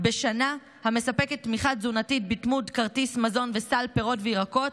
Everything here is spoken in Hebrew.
בשנה המספקת תמיכה תזונתית בדמות כרטיס מזון וסל פירות וירקות